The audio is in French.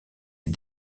est